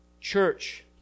Church